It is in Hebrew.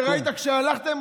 וראית כשהלכתם,